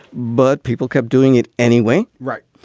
but people kept doing it anyway. right.